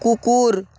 কুকুর